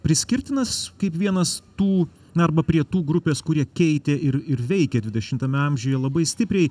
priskirtinas kaip vienas tų arba prie tų grupės kurie keitė ir ir veikė dvidešimtame amžiuje labai stipriai